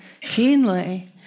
keenly